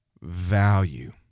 value